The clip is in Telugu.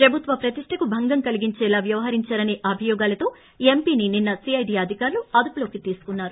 ప్రభుత్వ ప్రతిష్ణకు భంగం కలిగించేలా వ్యవహరించారన్న అభియోగాలతో ఎంపీని నిన్న సిఐడి అధికారులు అదుపులోకి తీసుకున్నారు